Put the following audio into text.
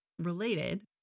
related